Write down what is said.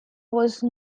was